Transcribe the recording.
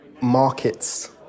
markets